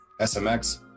SMX